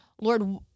Lord